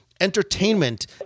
entertainment